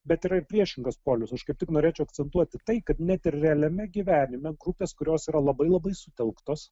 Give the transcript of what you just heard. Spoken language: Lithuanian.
bet yra ir priešingas polius už kaip tik norėčiau akcentuoti tai kad net ir realiame gyvenime grupės kurios yra labai labai sutelktos